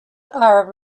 are